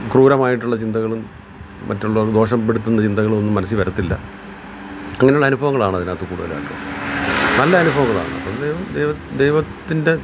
ക്രൂരമായിട്ടുള്ള ചിന്തകളും മറ്റുള്ള ദോഷപ്പെടുത്തുന്ന ചിന്തകളുമൊന്നും മനസ്സിൽ വരത്തില്ല അങ്ങനെയുള്ള അനുഭവങ്ങളാണ് അതിനകത്തു കൂടുതലായിട്ട് നല്ല അനുഭവങ്ങളാണ് അപ്പോൾ ദൈവ ദൈവത്തിൻ്റെ